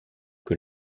que